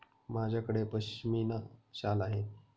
माझ्याकडे पश्मीना शाल आहे